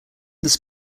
this